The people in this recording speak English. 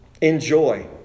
Enjoy